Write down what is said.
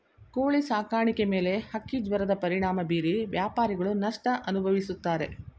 ಕೋಳಿ ಸಾಕಾಣಿಕೆ ಮೇಲೆ ಹಕ್ಕಿಜ್ವರದ ಪರಿಣಾಮ ಬೀರಿ ವ್ಯಾಪಾರಿಗಳು ನಷ್ಟ ಅನುಭವಿಸುತ್ತಾರೆ